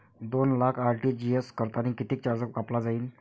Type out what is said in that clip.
दोन लाख आर.टी.जी.एस करतांनी कितीक चार्ज कापला जाईन?